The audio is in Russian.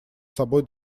собой